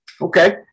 Okay